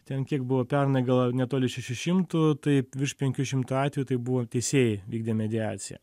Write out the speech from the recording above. ten kiek buvo pernai galvojo netoli šešių šimtų taip virš penkių šimtų atvejų tai buvo teisėjai vykdė mediaciją